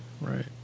Right